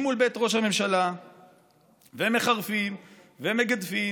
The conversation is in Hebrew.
מול בית ראש הממשלה ומחרפים ומגדפים,